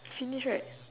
finish right